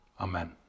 Amen